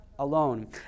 alone